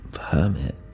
Hermit